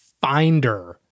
Finder